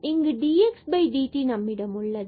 இங்கு dxdt நம்மிடம் உள்ளது